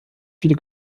viele